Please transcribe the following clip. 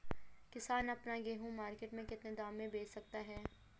किसान अपना गेहूँ मार्केट में कितने दाम में बेच सकता है?